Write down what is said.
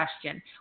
question